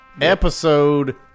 Episode